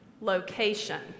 location